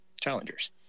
challengers